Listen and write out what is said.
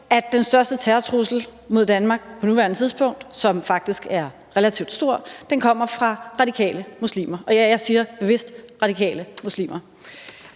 at den største terrortrussel mod Danmark på nuværende tidspunkt, som faktisk er relativt stor, kommer fra radikale muslimer. Og jeg siger bevidst radikale muslimer.